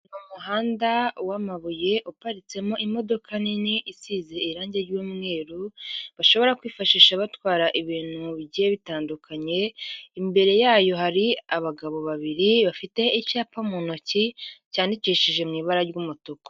Umuhanda w'amabuye uparitsemo imodoka nini isize irange ry'umweru bashobora kwifashisha batwara ibintu bigiye bitandukanye, imbere yayo hari abagabo babiri bafite icyapa mu ntoki cyandikishije mu ibara ry'umutuku.